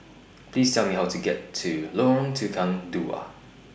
Please Tell Me How to get to Lorong Tukang Dua